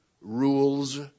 rules